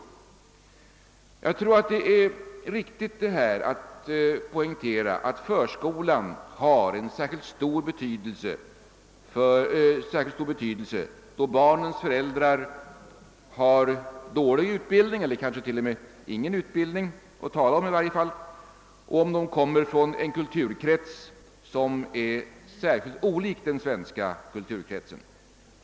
Jag anser att det är riktigt att poängtera att förskolan har en speciellt stor betydelse då barnens föräldrar har dålig eller nästan ingen utbildning och då de kommer från en kulturkrets som är särskilt olik den svenska.